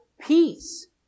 peace